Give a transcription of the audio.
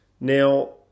now